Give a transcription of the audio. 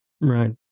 Right